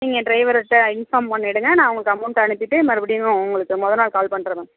நீங்கள் டிரைவருகிட்ட இன்ஃபார்ம் பண்ணிவிடுங்க நான் அவங்களுக் அமௌன்ட் அனுப்பிவிட்டு மறுபடியுமே உங்களுக்கு மொதல் நாள் கால் பண்ணுறேன் மேம்